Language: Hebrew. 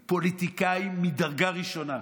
מתוחכמים, פוליטיקאים מדרגה ראשונה.